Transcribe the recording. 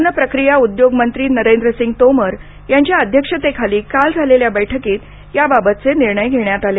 अन्न प्रक्रिया उद्योग मंत्री नरेंद्र सिंग तोमर यांच्या अध्यक्षतेखाली काल झालेल्या बैठकीत याबाबतचे निर्णय घेण्यात आले